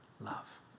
love